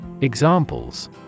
Examples